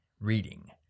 reading